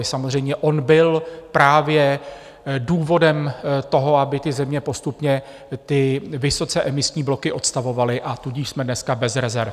Samozřejmě on byl právě důvodem toho, aby ty země postupně ty vysoce emisní bloky odstavovaly, a tudíž jsme dneska bez rezerv.